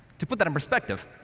to put that in perspective,